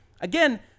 Again